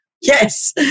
Yes